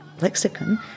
lexicon